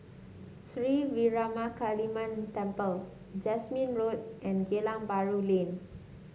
Sri Veeramakaliamman Temple Jasmine Road and Geylang Bahru Lane